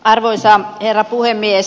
arvoisa herra puhemies